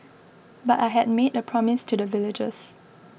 but I had made a promise to the villagers